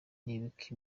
nibuka